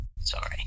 sorry